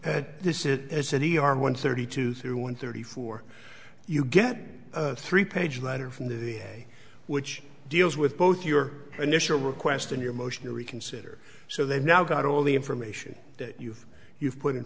one thirty two through one thirty four you get a three page letter from the day which deals with both your initial request and your motion to reconsider so they've now got all the information that you've you've put in